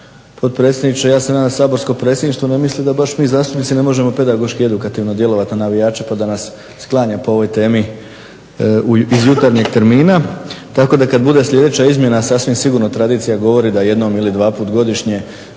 Potpredsjedniče ja se nadam da saborsko Predsjedništvo ne misli da baš mi zastupnici ne možemo pedagoški i edukativno djelovati na navijače pa da nas sklanja po ovoj temi iz jutarnjeg termina, tako kad bude sljedeća izmjena sasvim sigurno tradicija govori da jednom ili dvaput godišnje